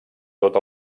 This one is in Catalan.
tot